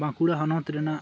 ᱵᱟᱸᱠᱩᱲᱟ ᱦᱚᱱᱚᱛ ᱨᱮᱱᱟᱜ